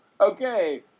okay